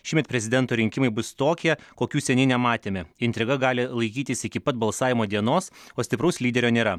šiemet prezidento rinkimai bus tokie kokių seniai nematėme intriga gali laikytis iki pat balsavimo dienos o stipraus lyderio nėra